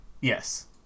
Yes